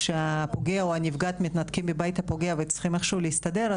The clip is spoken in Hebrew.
כשהפוגע או הנפגעת מתנתקים מהבית הפוגע וצריכים איכשהו להסתדר,